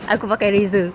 aku pakai razor